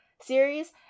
series